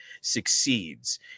Succeeds